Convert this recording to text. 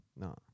No